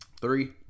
Three